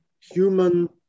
human